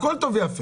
הכול טוב ויפה,